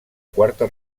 quarta